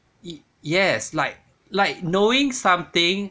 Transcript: y~ yes like like knowing something